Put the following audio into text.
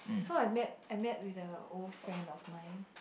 so I met I met with a old friend of mine